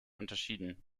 unterschieden